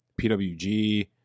PWG